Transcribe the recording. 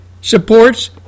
supports